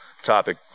topic